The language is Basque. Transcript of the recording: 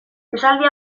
esaldi